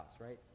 right